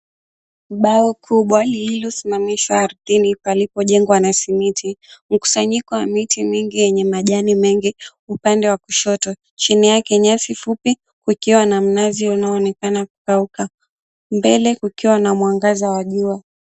Bao kubwa lililosimamishwa ardhini palipo jengwa na simiti , mkusanyiko wa miti mingi yenye majani mengi upande wa kushoto chini yake, nyasi fupi ukiwa na mnazi unaonekana kukauka mbele, kukiwa na mwangaza wa jua.